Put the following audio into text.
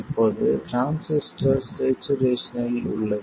இப்போது டிரான்சிஸ்டர் ஸ்சேச்சுரேஷனில் உள்ளது